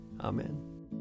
Amen